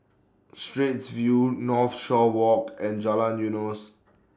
Straits View Northshore Walk and Jalan Eunos